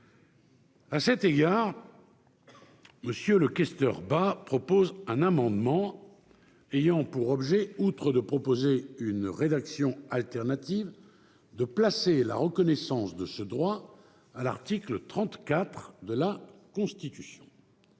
À cet égard, M. le sénateur Philippe Bas a déposé un amendement ayant pour objet, outre qu'il propose une rédaction alternative, de placer la reconnaissance de ce droit à l'article 34 de la Constitution.